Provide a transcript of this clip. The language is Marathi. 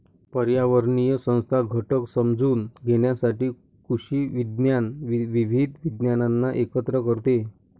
पर्यावरणीय संस्था घटक समजून घेण्यासाठी कृषी विज्ञान विविध विज्ञानांना एकत्र करते